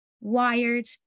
wired